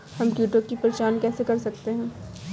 हम कीटों की पहचान कैसे कर सकते हैं?